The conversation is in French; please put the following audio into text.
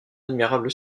admirable